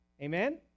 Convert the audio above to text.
Amen